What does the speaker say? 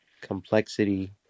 complexity